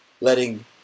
letting